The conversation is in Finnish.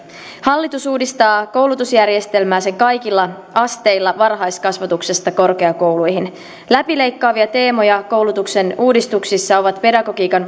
hallitus uudistaa koulutusjärjestelmää sen kaikilla asteilla varhaiskasvatuksesta korkeakouluihin läpileikkaavia teemoja koulutuksen uudistuksissa ovat pedagogiikan